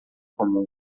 comum